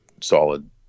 solid